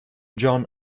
john